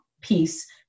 piece